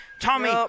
Tommy